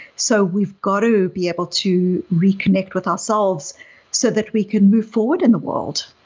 so we've got to be able to reconnect with ourselves so that we can move forward in the world.